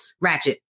ratchet